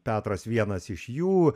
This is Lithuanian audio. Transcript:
petras vienas iš jų